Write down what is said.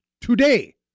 today